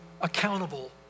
accountable